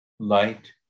light